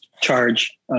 charge